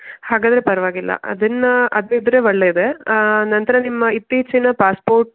ಹಾಗಾದರೆ ಪರವಾಗಿಲ್ಲ ಅದನ್ನು ಅದಿದ್ರೆ ಒಳ್ಳೆಯದೇ ನಂತರ ನಿಮ್ಮ ಇತ್ತೀಚಿನ ಪಾಸ್ಪೋರ್ಟ್